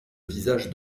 visage